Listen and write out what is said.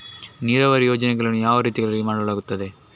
ನೀರಾವರಿ ಯೋಜನೆಗಳನ್ನು ಯಾವ ರೀತಿಗಳಲ್ಲಿ ಮಾಡಲಾಗುತ್ತದೆ?